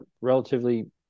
relatively